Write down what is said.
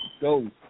go